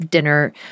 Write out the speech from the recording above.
dinner